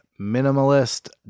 minimalist